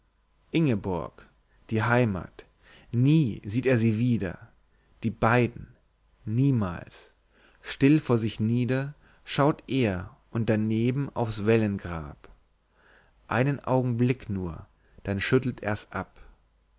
ingborg die heimat nie sieht er sie wieder die beiden niemals still vor sich nieder schaut er und daneben aufs wellengrab einen augenblick nur dann schüttelt er's ab